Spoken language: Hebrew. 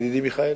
ידידי מיכאל?